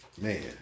Man